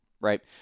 right